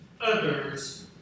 others